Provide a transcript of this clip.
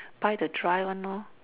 buy the dry one lor